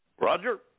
Roger